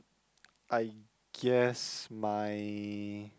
I guess my